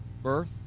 Birth